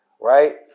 Right